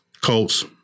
Colts